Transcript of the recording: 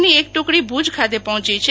ની એક ટુકડી ભુજ ખાતે પહોંચી છે